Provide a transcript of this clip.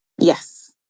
Yes